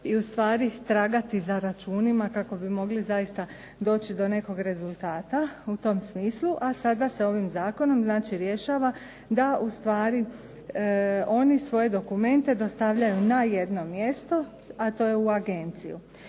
i ustvari tragati za računima kako bi mogli zaista doći do nekog rezultata u tom smislu, a sada se ovim zakonom znači rješava da ustvari oni svoje dokumente dostavljaju na jedno mjesto, a to je u agenciju.